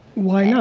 why yeah